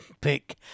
pick